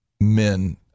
men